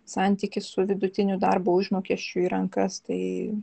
santykį su vidutiniu darbo užmokesčiu į rankas tai